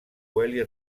quelli